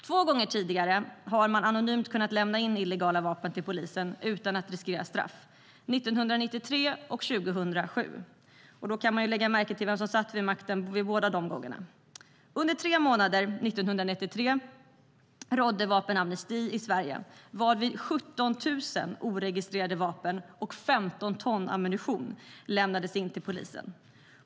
Två gånger tidigare har man anonymt kunnat lämna in illegala vapen till polisen utan att riskera straff, 1993 och 2007. Då kan vi lägga märke till vem som satt vid makten båda dessa gånger. Under tre månader 1993 rådde vapenamnesti i Sverige, varvid 17 000 oregistrerade skjutvapen och 15 ton ammunition lämnades in till polisen.